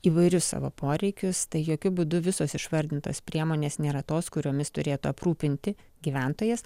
įvairius savo poreikius tai jokiu būdu visos išvardintos priemonės nėra tos kuriomis turėtų aprūpinti gyventojas